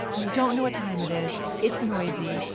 you don't know what time it is, it's noisy,